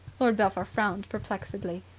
lord belpher frowned perplexedly.